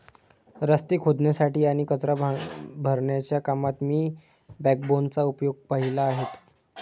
रस्ते खोदण्यासाठी आणि कचरा भरण्याच्या कामात मी बॅकबोनचा उपयोग पाहिले आहेत